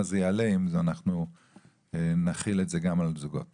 זה יעלה אם אנחנו נחיל את זה גם על זוגות?